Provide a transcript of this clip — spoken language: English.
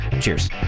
Cheers